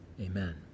Amen